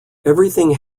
everything